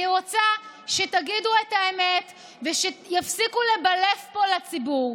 אני רוצה שתגידו את האמת ושיפסיקו לבלף פה לציבור: